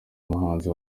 muhanzi